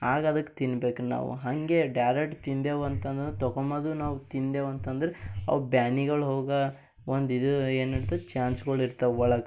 ಆಗದಕ್ಕೆ ತಿನ್ಬೇಕು ನಾವು ಹಂಗೆ ಡ್ಯರೆಟ್ ತಿಂದೆವು ಅಂತಂದರ ತೊಕೊಂಬದು ನಾವು ತಿಂದೆವು ಅಂತಂದ್ರ ಅವು ಬ್ಯಾನಿಗಳು ಹೋಗೋ ಒಂದಿದು ಏನಿರ್ತದೆ ಚಾನ್ಸ್ಗಳಿರ್ತವೆ ಒಳಗೆ